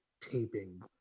taping